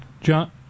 John